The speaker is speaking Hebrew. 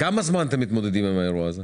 אתם מתמודדים עם האירוע הזה?